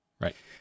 Right